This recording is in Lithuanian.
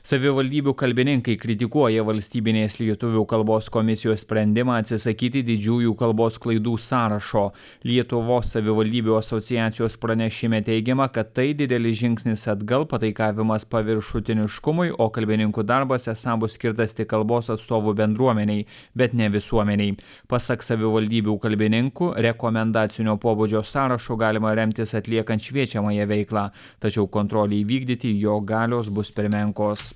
savivaldybių kalbininkai kritikuoja valstybinės lietuvių kalbos komisijos sprendimą atsisakyti didžiųjų kalbos klaidų sąrašo lietuvos savivaldybių asociacijos pranešime teigiama kad tai didelis žingsnis atgal pataikavimas paviršutiniškumui o kalbininkų darbas esą bus skirtas tik kalbos atstovų bendruomenei bet ne visuomenei pasak savivaldybių kalbininkų rekomendacinio pobūdžio sąrašo galima remtis atliekant šviečiamąją veiklą tačiau kontrolei vykdyti jo galios bus per menkos